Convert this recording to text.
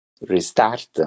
restart